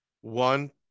one